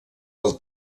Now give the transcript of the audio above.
pel